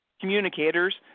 Communicators